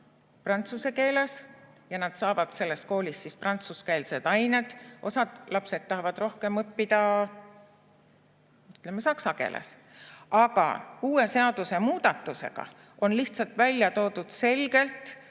prantsuse keeles ja nad saavad selles koolis prantsuskeelsed ained, osad lapsed tahavad rohkem õppida, ütleme, saksa keeles. Aga uue seadusemuudatusega on lihtsalt välja toodud selgelt,